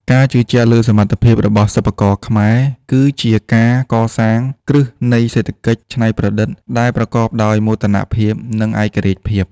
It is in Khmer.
ការជឿជាក់លើសមត្ថភាពរបស់សិប្បករខ្មែរ គឺជាការកសាងគ្រឹះនៃសេដ្ឋកិច្ចច្នៃប្រឌិតដែលប្រកបដោយមោទនភាព និងឯករាជ្យភាព។